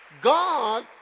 God